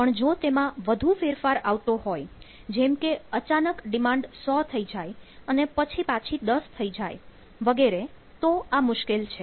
પણ જો તેમાં વધુ ફેરફાર આવતો હોય જેમકે અચાનક ડિમાન્ડ 100 થઈ જાય અને પાછી 10 થઈ જાય વગેરે તો આ મુશ્કેલ છે